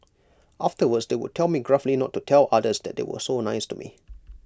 afterwards they would tell me gruffly not to tell others that they were so nice to me